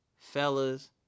Fellas